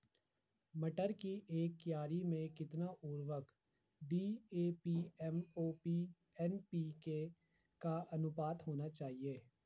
मटर की एक क्यारी में कितना उर्वरक डी.ए.पी एम.ओ.पी एन.पी.के का अनुपात होना चाहिए?